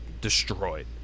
destroyed